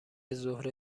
ظهر